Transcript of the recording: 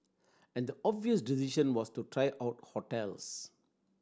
and the obvious decision was to try out hotels